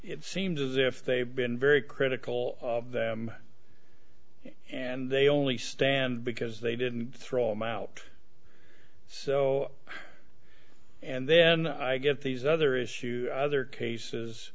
it seems as if they've been very critical of them and they only stand because they didn't throw them out so and then i get these other issues other cases